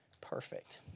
perfect